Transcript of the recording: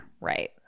Right